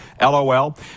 LOL